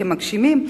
כמגשימים,